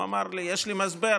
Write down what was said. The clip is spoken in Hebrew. הוא אמר לי: יש לי משבר